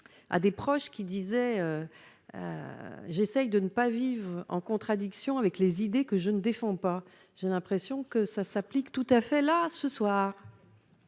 à des proches qui disait j'essaye de ne pas vivre en contradiction avec les idées que je ne défends pas, je ne l'impression que ça s'applique tout à fait là ce soir.